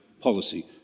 policy